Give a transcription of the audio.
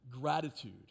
Gratitude